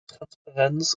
transparenz